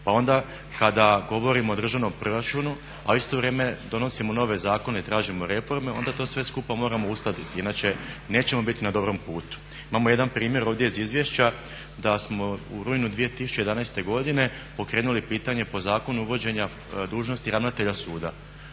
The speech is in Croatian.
Pa onda kada govorimo o državnom proračunu, a u isto vrijeme donosimo nove zakone i tražimo reforme onda to sve skupa moramo uskladiti, inače nećemo biti na dobrom putu. Imamo jedan primjer ovdje iz izvješća da smo u rujnu 2011.godine pokrenuli pitanje po zakonu uvođenja dužnosti ravnatelja suda.